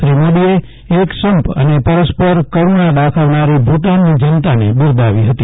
શ્રી મોદીએ એકસંપ અને પરસ્પર કરૂણા દાખવનારી ભુતાનની જનતાને બિરદાવી ફતી